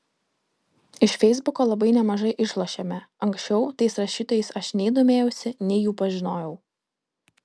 iš feisbuko labai nemažai išlošėme anksčiau tais rašytojais aš nei domėjausi nei jų pažinojau